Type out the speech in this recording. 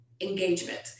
engagement